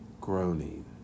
groaning